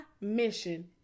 mission